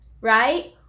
Right